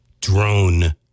drone